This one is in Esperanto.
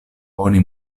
oni